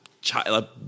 child